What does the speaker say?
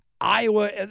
Iowa